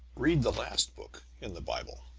read the last book in the bible,